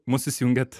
mus įsijungėt